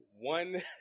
one